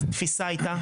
התפיסה היתה,